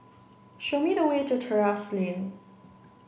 show me the way to Terrasse Lane